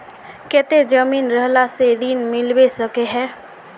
केते जमीन रहला से ऋण मिलबे सके है?